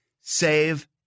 save